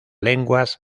lenguas